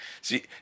See